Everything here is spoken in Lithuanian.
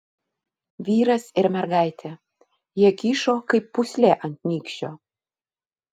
vyras ir mergaitė jie kyšo kaip pūslė ant nykščio